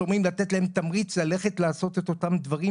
שאומרים לתת להן תמריץ על מנת ללכת ולעשות את אותם הדברים,